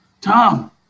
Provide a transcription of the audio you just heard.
Tom